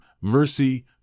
mercy